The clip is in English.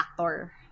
actor